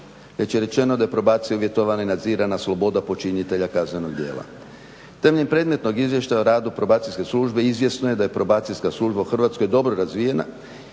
Već je rečeno da je probacija uvjetovana i nadzirana sloboda počinitelja kaznenog djela. Temeljem predmetnog izvještaja o radu Probacijske službe izvjesno je da je Probacijska služba u Hrvatskoj dobro razvijena